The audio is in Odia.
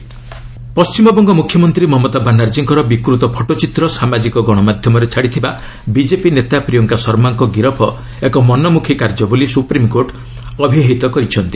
ଏସ୍ସି ମମତା ଫଟୋ ପଶ୍ଚିମବଙ୍ଗ ମୁଖ୍ୟମନ୍ତ୍ରୀ ମମତା ବାନାର୍ଜୀଙ୍କର ବିକୃତ ଫଟୋଚିତ୍ର ସାମାଜିକ ଗଣମାଧ୍ୟମରେ ଛାଡ଼ିଥିବା ବିଜେପି ନେତା ପ୍ରିୟଙ୍କା ଶର୍ମାଙ୍କ ଗିରଫ ଏକ ମନମୁଖୀ କାର୍ଯ୍ୟ ବୋଲି ସୁପ୍ରିମକୋର୍ଟ ଅଭିହିତ କରିଛନ୍ତି